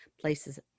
places